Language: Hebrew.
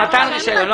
מתן רישיון.